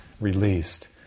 released